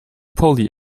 polly